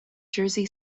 jersey